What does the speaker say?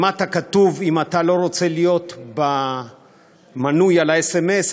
למטה כתוב: אם אתה לא רוצה להיות נמען של הסמ"ס,